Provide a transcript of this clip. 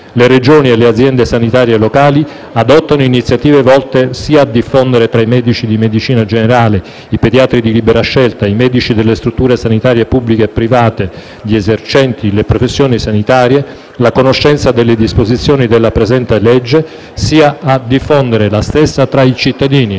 Le Regioni e le Aziende sanitarie locali adottano iniziative volte a diffondere tra i medici di medicina generale, i pediatri di libera scelta, i medici delle strutture sanitarie pubbliche e private, gli esercenti le professioni sanitarie la conoscenza delle disposizioni della presente legge, nonché a diffondere la stessa tra i cittadini,